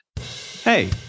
Hey